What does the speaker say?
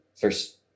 first